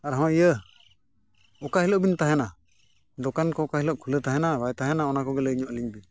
ᱟᱨᱦᱚᱸ ᱤᱭᱟᱹ ᱚᱠᱟ ᱦᱤᱞᱳᱜ ᱵᱤᱱ ᱛᱟᱦᱮᱱᱟ ᱫᱚᱠᱟᱱ ᱠᱚ ᱚᱠᱟ ᱦᱤᱞᱳᱜ ᱠᱷᱩᱞᱟᱹᱣ ᱛᱟᱦᱮᱱᱟ ᱵᱟᱭ ᱛᱟᱦᱮᱱᱟ ᱚᱱᱟ ᱠᱚᱜᱮ ᱞᱟᱹᱭ ᱧᱚᱜ ᱟᱹᱞᱤᱧ ᱵᱤᱱ